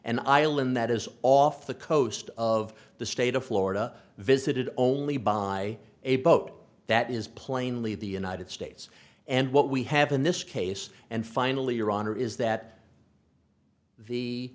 island that is off the coast of the state of florida visited only by a boat that is plainly the united states and what we have in this case and finally your honor is that the